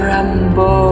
Rambo